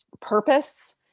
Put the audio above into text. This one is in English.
purpose